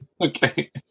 Okay